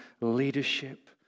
leadership